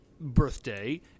birthday